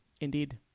Indeed